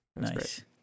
Nice